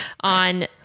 on